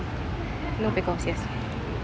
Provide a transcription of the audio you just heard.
no pickles yes